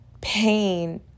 pain